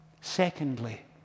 Secondly